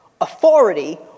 authority